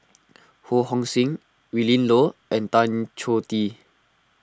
Ho Hong Sing Willin Low and Tan Choh Tee